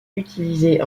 utilisée